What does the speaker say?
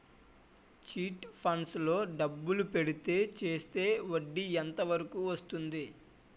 Chit funds లో డబ్బులు పెడితే చేస్తే వడ్డీ ఎంత వరకు వస్తుంది?